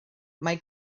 mae